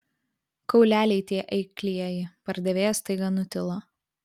kauleliai tie eiklieji pardavėjas staiga nutilo